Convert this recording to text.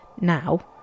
now